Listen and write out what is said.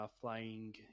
flying